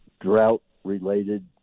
drought-related